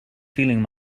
feeling